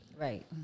Right